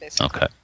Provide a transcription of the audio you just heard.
Okay